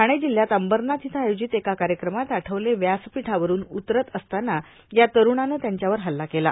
ठाणे जिल्ह्यात अंबरनाथ इथं आयोजित एका कार्यक्रमात आठवले व्यासपीठावरून उतरत असताना या तरूणानं त्यांच्यावर हल्ला केला